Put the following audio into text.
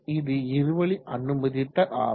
இது இருவழி அனுமதித்தல் ஆகும்